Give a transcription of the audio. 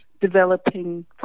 developing